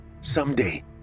Someday